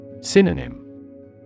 Synonym